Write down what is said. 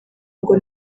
ngo